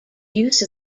use